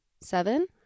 Seven